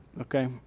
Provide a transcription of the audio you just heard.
Okay